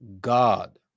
God